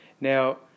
Now